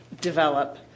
develop